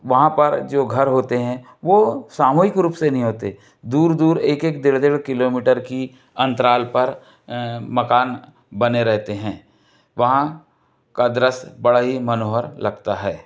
वहाँ पर जो घर होते हैं वो सामूहिक रूप से नहीं होते दूर दूर एक एक डेढ़ डेढ़ किलोमीटर की अंतराल पर मकान बने रहते हैं वहाँ का दृश्य बड़ा ही मनोहर लगता है